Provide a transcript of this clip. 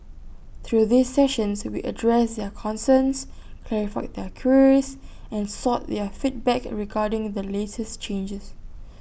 through these sessions we addressed their concerns clarified their queries and sought their feedback regarding the latest changes